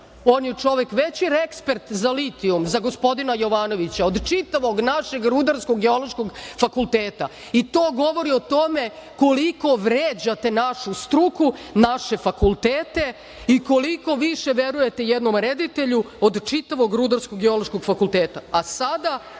On je čovek veći rekspert za litijum, za gospodina Jovanovića, od čitavog našeg Rudarsko geološkog fakulteta i to govori o tome koliko vređate našu struku, naše fakultete i koliko više verujete jednom reditelju od čitavog Rudarsko geološkog fakulteta.A,